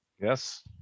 yes